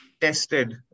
tested